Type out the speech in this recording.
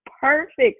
perfect